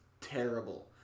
terrible